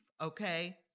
Okay